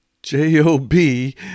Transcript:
J-O-B